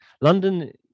london